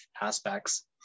aspects